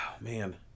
man